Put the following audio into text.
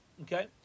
Okay